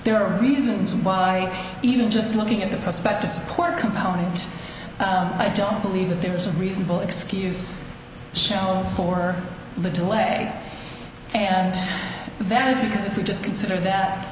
there are reasons why even just looking at the prospect to support component i don't believe that there is a reasonable excuse show for the delay and that is because if we just consider that